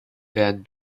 werden